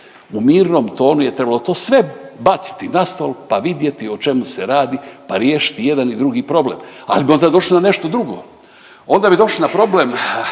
u mirnom tonu je trebalo to sve baciti na stol pa vidjeti o čemu se radi pa riješiti i jedan i drugi problem. Ali bi onda došli na nešto drugo, onda bi došli na problem